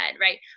right